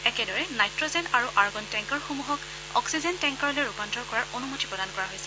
একেদৰে নাইট্টজেন আৰু আৰ্গন টেংকাৰসমূহক অক্সিজেন টেংকাৰলৈ ৰূপান্তৰ কৰাৰ অনুমতি প্ৰদান কৰা হৈছে